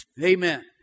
Amen